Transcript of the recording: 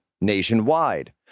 nationwide